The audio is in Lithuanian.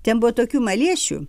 ten buvo tokių maliešių